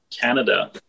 Canada